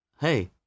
hey